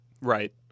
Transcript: right